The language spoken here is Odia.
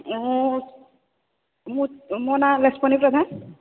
ମୁଁ ମୋ ନାଁ ଲକ୍ଷ୍ମଣୀ ପ୍ରଧାନ